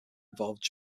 involved